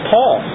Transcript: Paul